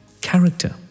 character